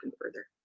further